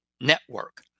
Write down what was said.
network